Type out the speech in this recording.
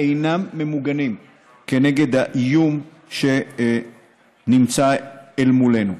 אינם ממוגנים כנגד האיום שנמצא אל מולנו.